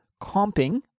comping